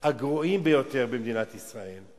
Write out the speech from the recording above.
הגרועים ביותר במדינת ישראל.